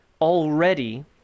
already